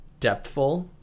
depthful